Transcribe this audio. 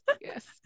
yes